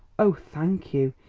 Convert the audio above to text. oh, thank you!